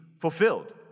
fulfilled